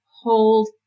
hold